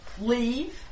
leave